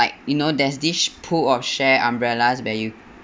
~ike you know there's this pool of share umbrellas where you